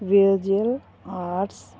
arts